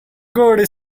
good